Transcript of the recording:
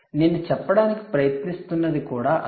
నేను చెప్పడానికి ప్రయత్నిస్తున్నది కుడా అదే